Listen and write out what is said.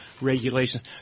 regulations